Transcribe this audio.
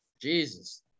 Jesus